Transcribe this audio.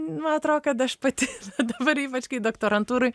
man atrodo kad aš pati dabar ypač kai doktorantūroj